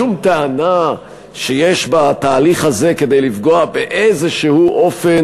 שום טענה שיש בתהליך הזה כדי לפגוע באיזשהו אופן